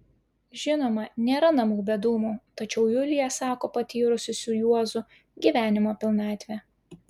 žinoma nėra namų be dūmų tačiau julija sako patyrusi su juozu gyvenimo pilnatvę